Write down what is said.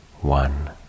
one